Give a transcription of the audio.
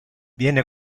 viene